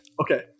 Okay